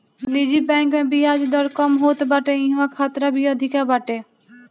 निजी बैंक में बियाज दर कम होत बाटे इहवा खतरा भी अधिका बाटे